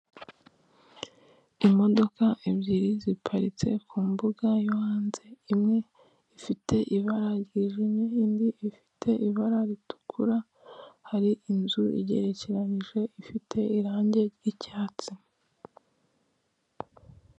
Imodoka ebyiri ziparitse ku mbuga yo hanze, imwe ifite ibara ryijimye, indi ifite ibara ritukura, hari inzu igerekeranyije ifite irangi ry'icyatsi.